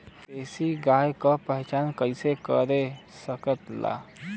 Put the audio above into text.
देशी गाय के पहचान कइसे कर सकीला?